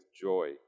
joy